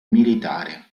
militare